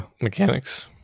mechanics